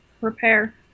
repair